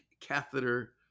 catheter